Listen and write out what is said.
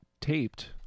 taped